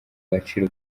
gaciro